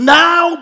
now